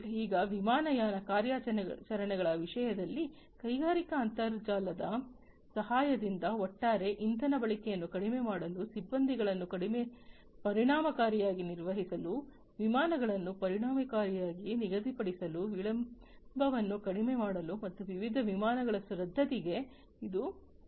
ಈಗ ವಿಮಾನಯಾನ ಕಾರ್ಯಾಚರಣೆಗಳ ವಿಷಯದಲ್ಲಿ ಕೈಗಾರಿಕಾ ಅಂತರ್ಜಾಲದ ಸಹಾಯದಿಂದ ಒಟ್ಟಾರೆ ಇಂಧನ ಬಳಕೆಯನ್ನು ಕಡಿಮೆ ಮಾಡಲು ಸಿಬ್ಬಂದಿಗಳನ್ನು ಪರಿಣಾಮಕಾರಿಯಾಗಿ ನಿರ್ವಹಿಸಲು ವಿಮಾನಗಳನ್ನು ಪರಿಣಾಮಕಾರಿಯಾಗಿ ನಿಗದಿಪಡಿಸಲು ವಿಳಂಬವನ್ನು ಕಡಿಮೆ ಮಾಡಲು ಮತ್ತು ವಿವಿಧ ವಿಮಾನಗಳ ರದ್ದತಿಗೆ ಈಗ ಸಾಧ್ಯವಿದೆ